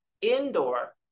indoor